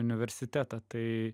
universitetą tai